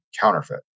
counterfeit